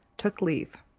took leave.